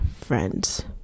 friends